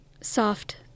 soft